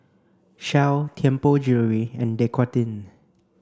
Shell Tianpo Jewellery and Dequadin